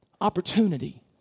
opportunity